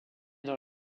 dans